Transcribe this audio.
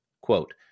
Quote